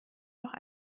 noch